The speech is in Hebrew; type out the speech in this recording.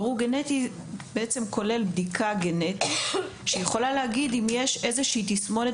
בירור גנטי כולל בדיקה גנטית שיכולה להגיד אם יש איזו שהיא תסמונת